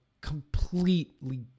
completely